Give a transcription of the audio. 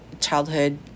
childhood